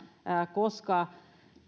koska